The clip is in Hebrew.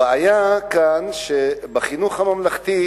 הבעיה היא שבחינוך הממלכתי